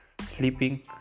sleeping